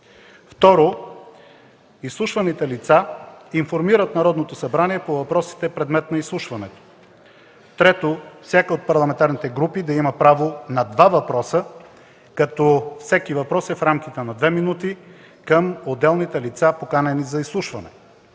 2. Изслушваните лица информират Народното събрание по въпросите – предмет на изслушването. 3. Всяка от парламентарните групи да има право на два въпроса, като всеки въпрос е в рамките на две минути към отделните лица, поканени за изслушване.